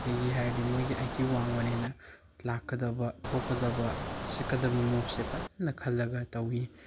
ꯀꯩꯒꯤ ꯍꯥꯏꯔꯗꯤ ꯃꯣꯏꯒꯤ ꯑꯥꯏ ꯀ꯭ꯋꯨ ꯋꯥꯡꯕꯅꯤꯅ ꯂꯥꯛꯀꯗꯕ ꯊꯣꯛꯀꯗꯕ ꯆꯠꯀꯗꯕ ꯃꯨꯕꯁꯦ ꯐꯖꯅ ꯈꯜꯂꯒ ꯇꯧꯏ